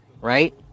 right